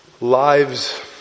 lives